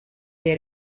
dei